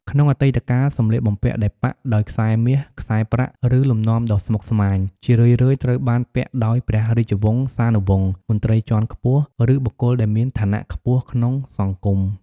ក្នុងអតីតកាល សម្លៀកបំពាក់ដែលប៉ាក់ដោយខ្សែមាស ខ្សែប្រាក់ ឬលំនាំដ៏ស្មុគស្មាញ ជារឿយៗត្រូវបានពាក់ដោយព្រះរាជវង្សានុវង្ស មន្ត្រីជាន់ខ្ពស់ ឬបុគ្គលដែលមានឋានៈខ្ពស់ក្នុងសង្គម។